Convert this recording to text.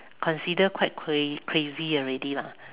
consider quite cr~ crazy already lah